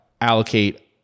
allocate